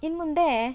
ಇನ್ನು ಮುಂದೆ